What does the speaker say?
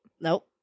Nope